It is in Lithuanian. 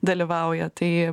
dalyvauja tai